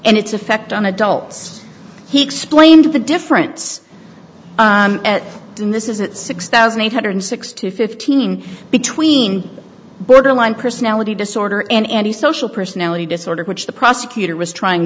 and its effect on adults he explained the difference in this is that six thousand eight hundred six to fifteen between borderline personality disorder and any social personality disorder which the prosecutor was trying